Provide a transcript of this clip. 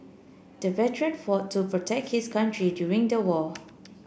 the veteran fought to protect his country during the war